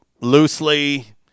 loosely